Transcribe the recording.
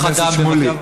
חבר הכנסת שמולי,